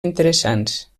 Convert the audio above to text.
interessants